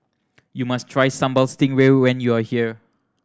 you must try Sambal Stingray when you are here